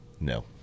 No